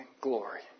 glory